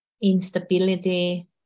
instability